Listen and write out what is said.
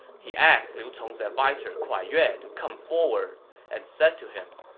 he asked liu cong's adviser kuai yue to come forward and said to him,